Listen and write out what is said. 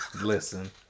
Listen